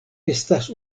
estas